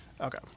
Okay